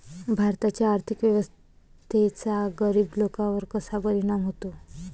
भारताच्या आर्थिक व्यवस्थेचा गरीब लोकांवर कसा परिणाम होतो?